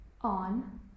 on